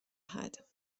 دهد